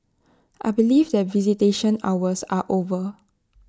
I believe that visitation hours are over